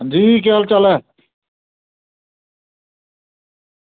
हां जी केह् हाल चाल ऐ